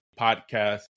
podcast